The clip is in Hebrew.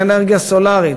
של אנרגיה סולרית,